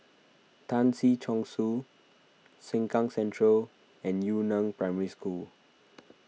Tan Si Chong Su Sengkang Central and Yu Neng Primary School